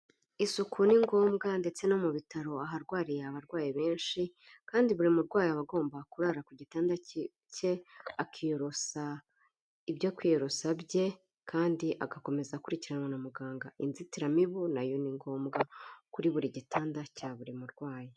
Isuku ni ngombwa ndetse no mu bitaro aharwariye abarwaye benshi kandi buri murwayi aba agomba kurara ku gitanda cye akiyorosa ibyo kwiyorosa bye kandi agakomeza akurikiranwa na muganga, inzitiramibu nayo ni ngombwa kuri buri gitanda cya buri murwayi.